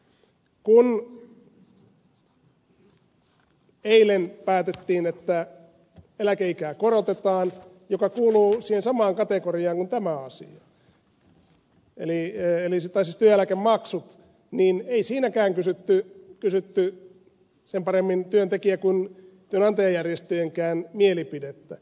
kun eilen päätettiin että eläkeikää korotetaan mikä kuuluu siihen samaan kategoriaan kuin tämä asia eli eläkemaksut niin ei siinäkään kysytty sen paremmin työntekijä kuin työnantajajärjestöjenkään mielipidettä